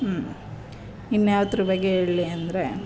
ಹ್ಞೂ ಇನ್ಯಾವುದ್ರ ಬಗ್ಗೆ ಹೇಳ್ಲಿ ಅಂದರೆ